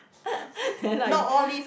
then I